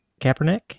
Kaepernick